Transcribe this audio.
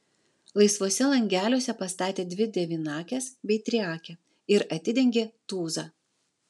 laisvuose langeliuose pastatė dvi devynakes bei triakę ir atidengė tūzą